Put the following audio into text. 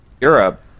Europe